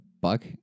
buck